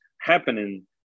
happening